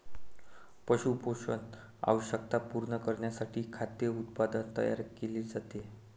पशु पोषण आवश्यकता पूर्ण करण्यासाठी खाद्य उत्पादन तयार केले जाते